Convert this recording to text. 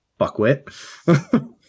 fuckwit